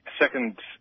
Second